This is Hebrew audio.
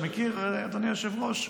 אתה מכיר, אדוני היושב-ראש?